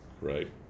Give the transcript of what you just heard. right